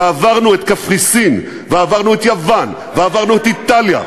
ועברנו את קפריסין ועברנו את יוון ועברנו את איטליה,